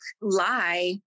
lie